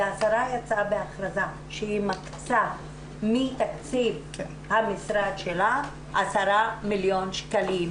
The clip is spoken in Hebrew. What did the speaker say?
והשרה יצאה בהכרזה שהיא מקצה מתקציב המשרד שלה 10 מיליון שקלים